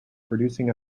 producing